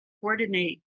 Coordinate